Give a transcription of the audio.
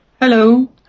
Hello